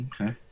Okay